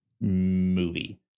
movie